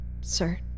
sir